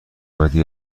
بعدی